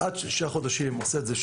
עד שישה חודשים שב"ס עושה את זה.